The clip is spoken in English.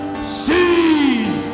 see